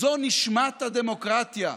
זו נשמת הדמוקרטיה.